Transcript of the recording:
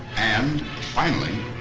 and finally,